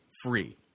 free